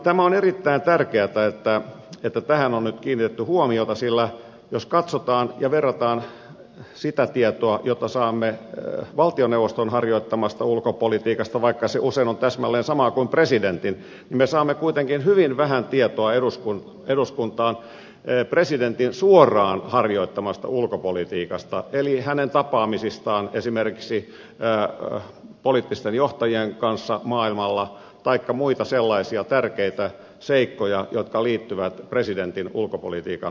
tämä on erittäin tärkeätä että tähän on nyt kiinnitetty huomiota sillä jos katsotaan ja verrataan sitä tietoa jota saamme valtioneuvoston harjoittamasta ulkopolitiikasta vaikka se usein on täsmälleen samaa kuin presidentin niin me saamme kuitenkin hyvin vähän tietoa eduskuntaan presidentin suoraan harjoittamasta ulkopolitiikasta eli hänen tapaamisistaan esimerkiksi poliittisten johtajien kanssa maailmalla taikka muita sellaisia tärkeitä seikkoja jotka liittyvät presidentin ulkopolitiikan harjoittamiseen